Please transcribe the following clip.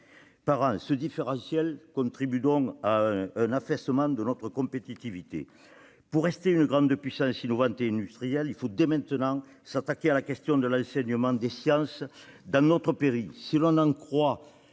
par an. Ce différentiel contribue à un affaissement de notre compétitivité. Pour rester une grande puissance innovante et industrielle, il faut dès maintenant s'attaquer à la question de l'enseignement des sciences dans notre pays. Si l'on en croit